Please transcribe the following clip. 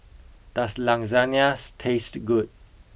does Lasagnas taste good